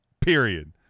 period